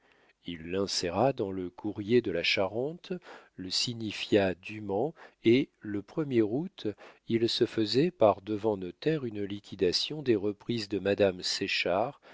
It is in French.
il l'inséra dans le courrier de la charente le signifia dûment et le premier route il se faisait par-devant notaire une liquidation des reprises de madame